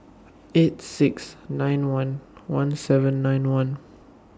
eight six nine one one seven nine one